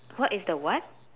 what is the what